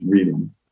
reading